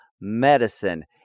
Medicine